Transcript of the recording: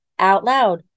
OutLoud